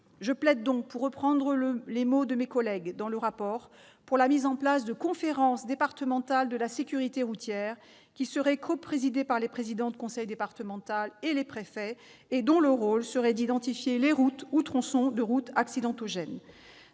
Je plaide donc, pour reprendre les mots du rapport d'information présenté par nos collègues, pour la mise en place de « conférences départementales de la sécurité routière », qui seraient coprésidées par les présidents de conseil départemental et les préfets et « dont le rôle serait d'identifier les routes ou les tronçons de route accidentogènes